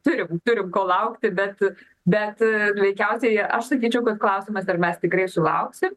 turiu turiu ko laukti bet bet veikiausiai aš sakyčiau kad klausimas ar mes tikrai sulauksim